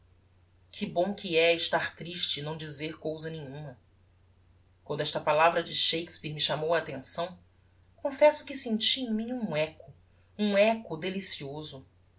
que bom que é estar triste e não dizer cousa nenhuma quando esta palavra de shakespeare me chamou a attenção confesso que senti em mim um echo um echo delicioso